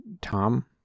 Tom